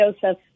Joseph